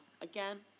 Again